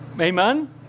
Amen